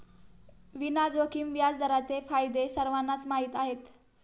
विना जोखीम व्याजदरांचे फायदे सर्वांनाच माहीत आहेत